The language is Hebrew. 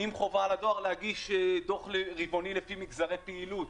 עם חובה על הדואר להגיש דוח רבעוני לפי מגזרי פעילות.